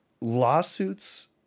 lawsuits